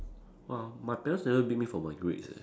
my my parents never beat me for my grades eh